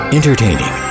Entertaining